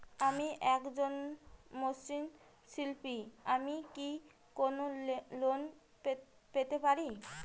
আমি একজন মৃৎ শিল্পী আমি কি কোন লোন পেতে পারি?